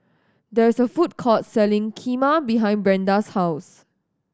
there is a food court selling Kheema behind Brenda's house